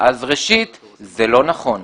אז ראשית זה לא נכון,